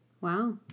Wow